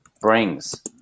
brings